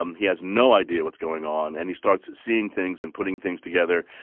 um he has no idea what's going on. and he starts seeing things and putting things together.